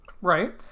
Right